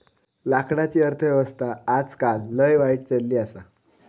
लाकडाची अर्थ व्यवस्था आजकाल लय वाईट चलली आसा